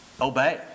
obey